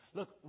Look